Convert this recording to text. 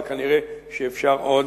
וכנראה אפשר עוד,